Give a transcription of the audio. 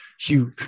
huge